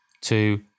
two